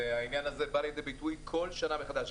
והעניין הזה בא לידי ביטוי בכל שנה מחדש.